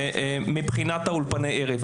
מבחינת אולפני הערב,